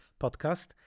podcast